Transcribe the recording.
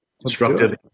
Constructive